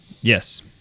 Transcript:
Yes